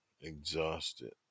Exhausted